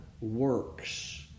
works